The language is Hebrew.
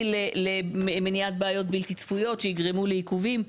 למניעת בעיות בלתי צפויות שיגרמו לעיכובים.